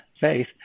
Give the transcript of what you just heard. faith